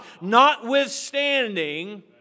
notwithstanding